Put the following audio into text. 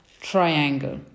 triangle